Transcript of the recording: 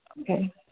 Okay